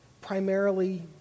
primarily